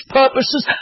purposes